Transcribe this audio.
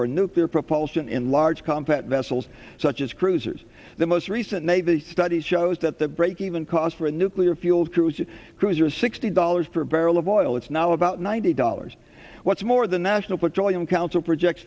for nuclear propulsion in large compact vessels such as cruisers the most recent navy study shows that the breakeven cost for a nuclear fuel cruiser cruiser sixty dollars per barrel of oil it's now about ninety dollars what's more the national petroleum council project